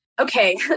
okay